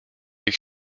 ich